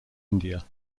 india